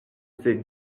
ses